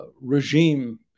regime